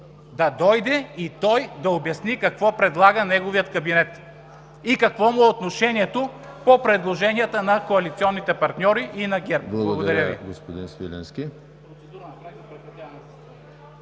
от нищо и той да обясни какво предлага неговият кабинет, и какво е отношението му по предложенията на коалиционните партньори и на ГЕРБ. Благодаря Ви.